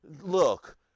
look